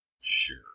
sure